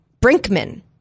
Brinkman